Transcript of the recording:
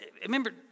remember